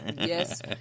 yes